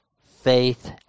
faith